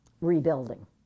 rebuilding